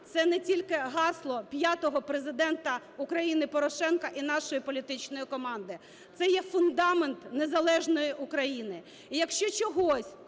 це не тільки гасло п'ятого Президента України Порошенка і нашої політичної команди, це є фундамент незалежної України. І якщо чогось